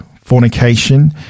Fornication